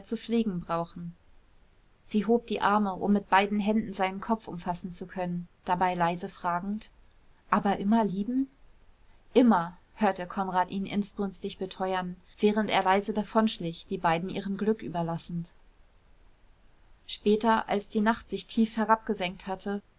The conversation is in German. zu pflegen brauchen sie hob die arme um mit beiden händen seinen kopf umfassen zu können dabei leise fragend aber immer lieben immer hörte ihn konrad inbrünstig beteuern während er leise davonschlich die beiden ihrem glück überlassend später als die nacht sich tief herabgesenkt hatte